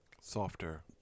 Softer